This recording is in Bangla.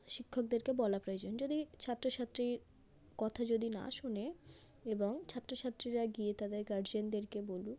শিক্ষকদেরকে বলা প্রয়োজন যদি ছাত্র ছাত্রীর কথা যদি না শোনে এবং ছাত্র ছাত্রীরা গিয়ে তাদের গার্জেনদেরকে বলুক